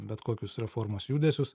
bet kokius reformos judesius